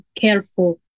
careful